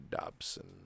Dobson